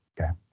okay